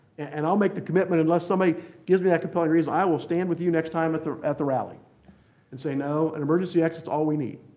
and i'll make the commitment unless somebody gives me that compelling reason, i will stand with you next time at the at the rally and say, no, an emergency exit is all we need.